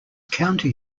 county